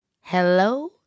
Hello